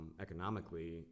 economically